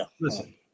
Listen